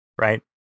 Right